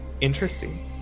interesting